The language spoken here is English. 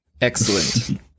Excellent